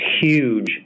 huge